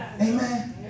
Amen